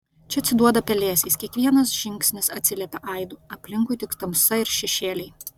čia atsiduoda pelėsiais kiekvienas žingsnis atsiliepia aidu aplinkui tik tamsa ir šešėliai